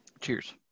Cheers